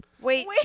Wait